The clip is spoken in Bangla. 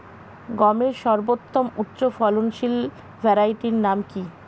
গমের সর্বোত্তম উচ্চফলনশীল ভ্যারাইটি নাম কি?